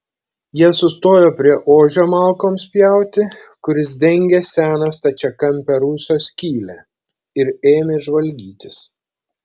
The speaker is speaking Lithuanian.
jie sustojo prie ožio malkoms pjauti kuris dengė seną stačiakampę rūsio skylę ir ėmė žvalgytis